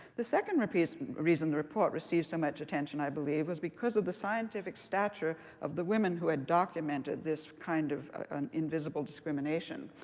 the second reason the report received so much attention, i believe, was because of the scientific stature of the women who had documented this kind of and invisible discrimination.